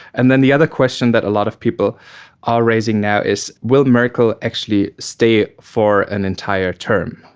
and then the other question that a lot of people are raising now is will merkel actually stay for an entire term?